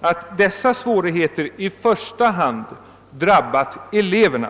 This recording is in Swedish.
att dessa svårigheter i första hand drabbat eleverna.